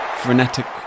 frenetic